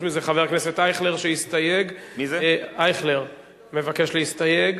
הכנסת אייכלר מבקש להסתייג.